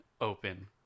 open